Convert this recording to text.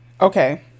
Okay